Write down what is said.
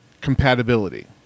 Compatibility